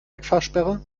wegfahrsperre